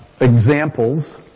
examples